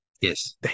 Yes